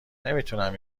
نمیتونم